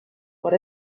what